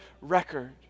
record